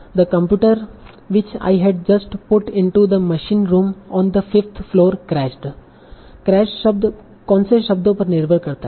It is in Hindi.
the computer which I had just put into the machine room on the fifth floor crashed crashed शब्द कौनसे शब्दों पर निर्भर करता है